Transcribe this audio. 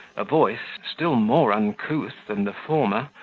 a voice, still more uncouth than the former,